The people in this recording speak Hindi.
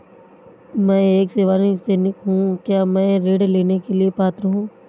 मैं एक सेवानिवृत्त सैनिक हूँ क्या मैं ऋण लेने के लिए पात्र हूँ?